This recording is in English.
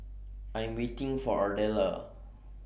I Am waiting For Ardella